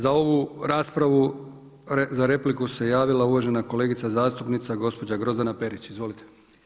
Za ovu raspravu za repliku se javila uvažena kolegica zastupnica gospođa Grozdana Perić, izvolite.